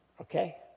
okay